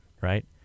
right